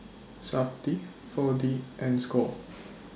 Safti four D and SCORE